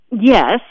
yes